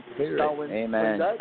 Amen